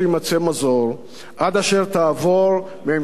עד אשר תעבור הממשלה הרעה מן הארץ,